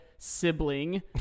sibling